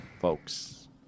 folks